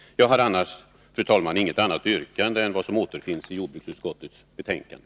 Jag har annars, fru talman, inget annat yrkande än det som återfinns i jordbruksutskottets betänkande.